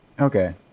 Okay